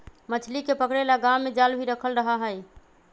मछली के पकड़े ला गांव में जाल भी रखल रहा हई